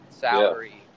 salary